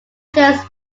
just